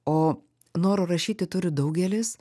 o noro rašyti turi daugelis